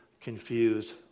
confused